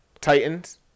Titans